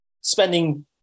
spending